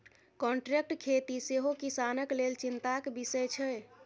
contract खेती सेहो किसानक लेल चिंताक बिषय छै